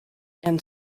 and